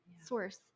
source